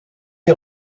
est